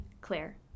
Claire